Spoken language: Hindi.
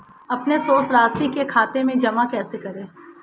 अपने शेष राशि को खाते में जमा कैसे करें?